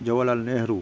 Jawaharlal Nehru